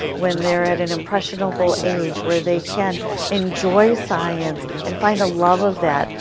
when they are at an impressionable age where they can enjoy science and find a love of that,